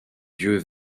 dieu